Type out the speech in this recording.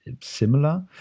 similar